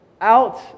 out